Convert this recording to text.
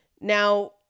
Now